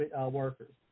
workers